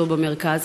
ולא במרכז,